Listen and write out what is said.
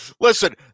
Listen